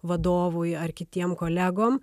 vadovui ar kitiem kolegom